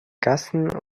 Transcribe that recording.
gassen